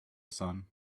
son